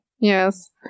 Yes